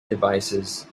devices